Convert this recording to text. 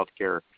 healthcare